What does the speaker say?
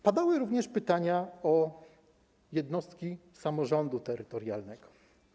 Padały również pytania o jednostki samorządu terytorialnego.